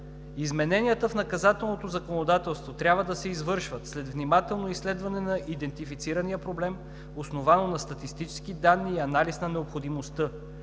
„Измененията в наказателното законодателство трябва да се извършват след внимателно изследване на идентифицирания проблем, основано на статистически данни и анализ на необходимостта.